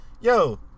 Yo